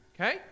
Okay